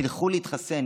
תלכו להתחסן.